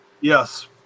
Yes